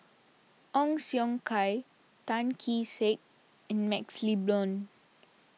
Ong Siong Kai Tan Kee Sek and MaxLe Blond